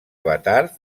avatar